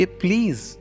please